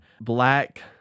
black